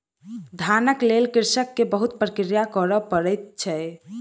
धानक लेल कृषक के बहुत प्रक्रिया करय पड़ै छै